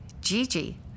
Gigi